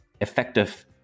effective